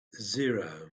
zero